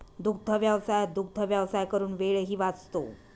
दुग्धव्यवसायात दुग्धव्यवसाय करून वेळही वाचतो